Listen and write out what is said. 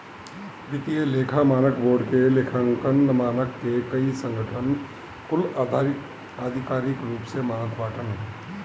वित्तीय लेखा मानक बोर्ड के लेखांकन मानक के कई संगठन कुल आधिकारिक रूप से मानत बाटन